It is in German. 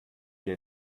wir